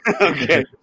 Okay